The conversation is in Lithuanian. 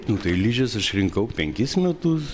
nu tai ližes aš rinkau penkis metus